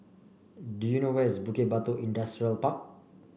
do you know where is Bukit Batok Industrial Park